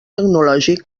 tecnològic